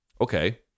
Okay